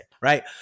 Right